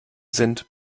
sind